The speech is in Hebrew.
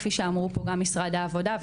כפי שאמרו פה גם משרד העבודה,